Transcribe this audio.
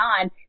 on